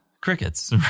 Crickets